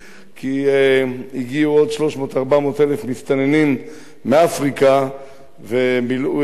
הגיעו עוד 300,000 400,000 מסתננים מאפריקה ומילאו את העיר תל-אביב.